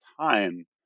time